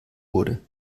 wurde